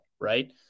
right